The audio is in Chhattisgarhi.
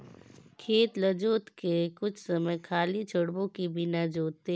खेत ल जोत के कुछ समय खाली छोड़बो कि बिना जोते?